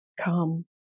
come